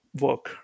work